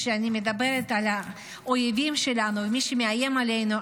כשאני מדברת על האויבים שלנו ומי שמאיים עלינו,